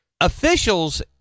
officials